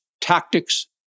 tactics